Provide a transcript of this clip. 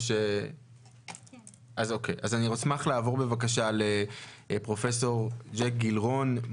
אני אשמח לעבור לפרופ' ג'ק גילרון,